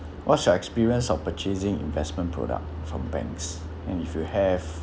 what's your experience of purchasing investment product from banks and if you have